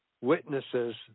witnesses